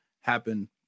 happen